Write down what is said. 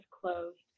closed